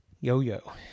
yo-yo